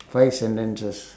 five sentences